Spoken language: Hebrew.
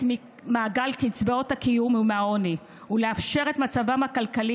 ממעגל קצבאות הקיום ומהעוני ולשפר את מצבם הכלכלי